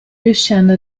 riuscendo